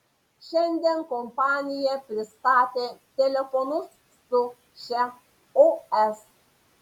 šiandien kompanija pristatė telefonus su šia os